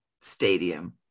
stadium